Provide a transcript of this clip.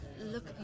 look